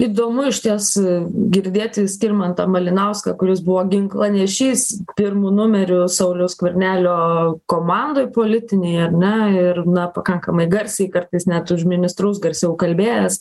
įdomu iš ties girdėti skirmantą malinauską kuris buvo ginklanešys pirmu numeriu sauliaus skvernelio komandoj politinėj ar ne ir na pakankamai garsiai kartais net už ministrus garsiau kalbėjęs